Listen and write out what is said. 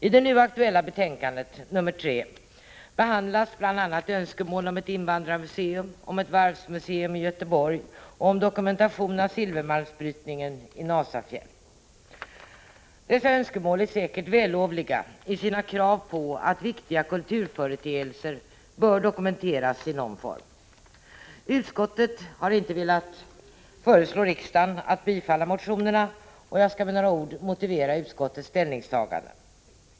I det nu aktuella betänkandet, nr 3, behandlas bl.a. önskemål om ett invandrarmuseum, om ett varvsmuseum i Göteborg och om dokumentation av silvermalmsbrytningen i Nasafjäll. Dessa önskemål är säkert vällovliga i sina krav på att viktiga kulturföreteelser bör dokumenteras i någon form. Utskottet har inte velat föreslå riksdagen att bifalla motionerna, och jag skall med några ord motivera utskottets ställningstagande.